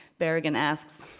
berrigan asks,